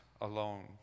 alone